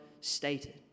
stated